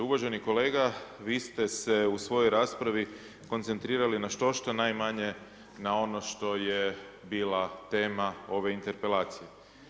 Uvaženi kolega, vi ste se u svojoj raspravi, koncentrirali na štošta, najmanja, na ono što je bila tema ove interpelacije.